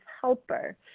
helper